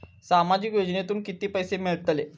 सामाजिक योजनेतून किती पैसे मिळतले?